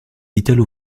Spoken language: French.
italo